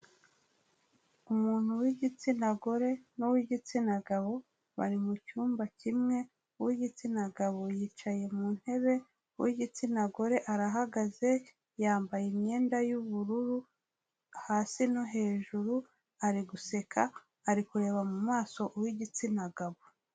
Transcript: Umuntu w'igitsina gore n'uw'igitsina gabo bari mu cyumba kimwe, uw'igitsina gabo yicaye mu ntebe, uw'igitsina gore arahagaze yambaye imyenda y'ubururu hasi no hejuru, ari guseka ari kureba mu maso uw'igitsina gabo.